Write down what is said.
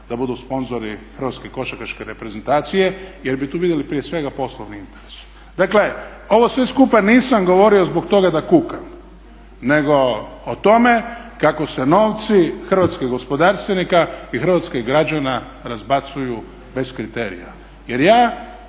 da budu sponzori Hrvatske košarkaške reprezentacije jer bi tu vidjeli prije svega poslovni interes. Dakle, ovo sve skupa nisam govorio da kukam nego o tome kako se novci hrvatskih gospodarstvenika i hrvatskih građana razbacuju bez kriterija.